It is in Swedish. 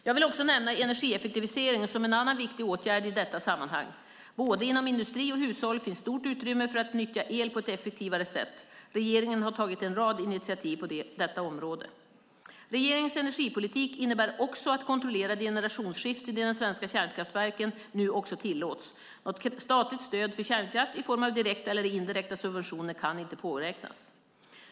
Jag vill också nämna energieffektivisering som en annan viktigt åtgärd i detta sammanhang. Inom både industri och hushåll finns stort utrymme för att nyttja el på ett effektivare sätt. Regeringen har tagit en rad initiativ på detta område. Regeringens energipolitik innebär också att kontrollerade generationsskiften i de svenska kärnkraftverken nu tillåts. Något statligt stöd för kärnkraft i form av direkta eller indirekta subventioner kan inte påräknas.